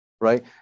right